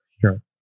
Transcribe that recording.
Sure